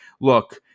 look